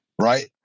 Right